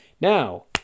now